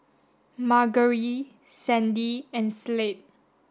Margery Sandi and Slade